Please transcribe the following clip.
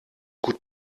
gut